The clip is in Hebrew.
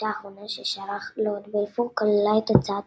הטיוטה האחרונה ששלח לורד בלפור כללה את הצעת